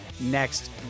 next